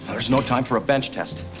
there's no time for a bench test!